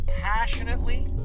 passionately